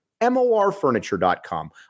morfurniture.com